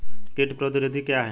कीट प्रतिरोधी क्या है?